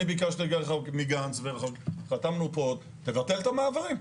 אני ביקשתי מגנץ, חתמנו פה: תבטל את המעברים.